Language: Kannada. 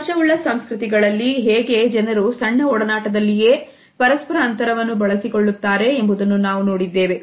ಸ್ಪರ್ಶ ಉಳ್ಳ ಸಂಸ್ಕೃತಿಗಳಲ್ಲಿ ಹೇಗೆ ಜನರು ಸಣ್ಣ ಒಡನಾಟದಲ್ಲಿಯೇ ಕೂಡ ಪರಸ್ಪರ ಅಂತರವನ್ನು ಬಳಸಿಕೊಳ್ಳುತ್ತಾರೆ ಎಂಬುದನ್ನು ನಾವು ನೋಡಿದ್ದೇವೆ